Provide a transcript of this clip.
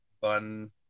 bun